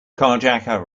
carjacker